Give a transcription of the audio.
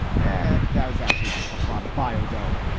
yeah that was actually just the plot of biodome.